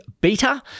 Beta